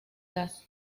gas